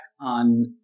on